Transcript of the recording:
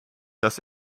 dass